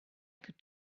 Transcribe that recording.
could